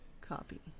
copy